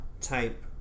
type